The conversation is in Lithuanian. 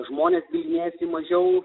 žmonės bylinėjasi mažiau